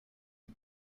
und